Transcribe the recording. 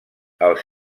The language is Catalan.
els